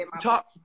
talk